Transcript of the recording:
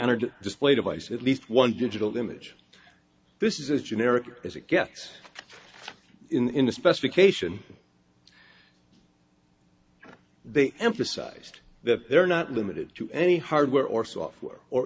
honored display device at least one digital image this is as generic as it gets in the specification they emphasized that they are not limited to any hardware or software or